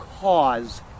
cause